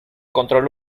control